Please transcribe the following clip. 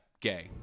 Gay